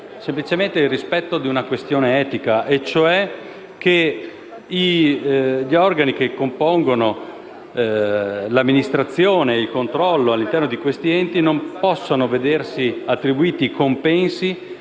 semplicemente il rispetto di una questione etica, e cioè che i componenti degli organi di amministrazione e controllo all'interno di questi enti non possono vedersi attribuiti compensi